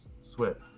Swift